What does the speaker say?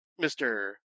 Mr